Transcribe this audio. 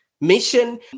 mission